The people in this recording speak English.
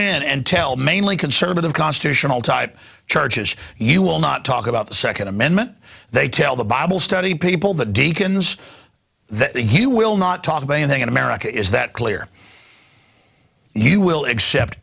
in and tell mainly conservative constitutional type charges you will not talk about the second amendment they tell the bible study people that deacons he will not talk about anything in america is that clear he will accept